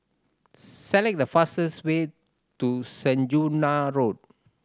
select the fastest way to Saujana Road